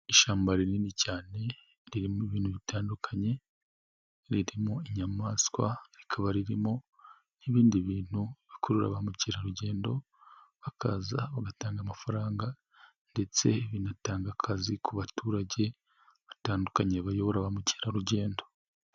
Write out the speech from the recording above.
Ishyamba rinini cyane riririmo ibintu bitandukanye, ririmo inyamaswa rikaba ririmo n'ibindi bintu bikurura ba mukerarugendo bakaza bagatanga amafaranga, ndetse binatanga akazi ku baturage batandukanye bayobora ba mukerarugendo.